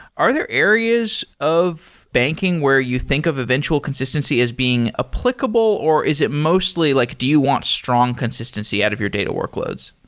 are there areas of banking where you think of eventual consistency as being applicable or is it mostly like do you want strong consistency out of your data workloads?